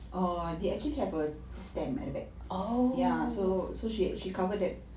ah they actually have a stamp at the back ya so she cover that